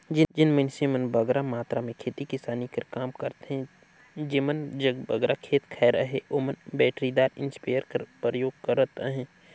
जेन मइनसे मन बगरा मातरा में खेती किसानी कर काम करथे जेमन जग बगरा खेत खाएर अहे ओमन बइटरीदार इस्पेयर कर परयोग करत अहें